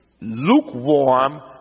lukewarm